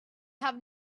have